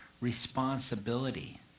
responsibility